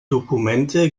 dokumente